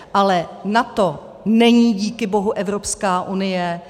Ale NATO není díky bohu Evropská unie.